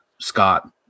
Scott